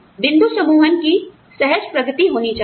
बिंदु समूहन की सहज प्रगति होनी चाहिए